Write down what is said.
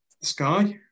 sky